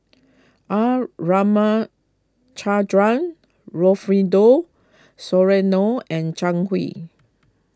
R Ramachandran Rufino Soliano and Zhang Hui